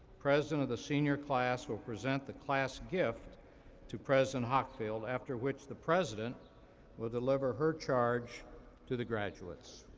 president of the senior class will present the class gift to president hockfield, after which the president will deliver her charge to the graduates.